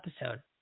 episode